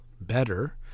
better